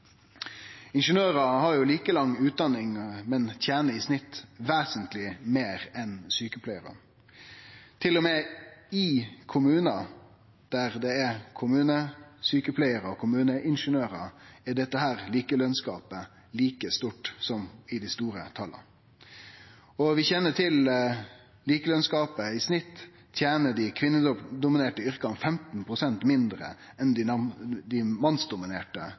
Ingeniørar har like lang utdanning, men tener i snitt vesentleg meir enn sjukepleiarar. Til og med i kommunar, der det er kommunesjukepleiarar og kommuneingeniørar, er likelønsgapet like stort som i dei store tala. Vi kjenner til likelønsgapet: I snitt tener ein i dei kvinnedominerte yrka 15 pst. mindre enn i dei mannsdominerte